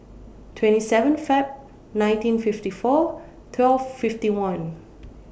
twenty seven Feb nineteen fifty four twelve fifty one